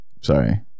sorry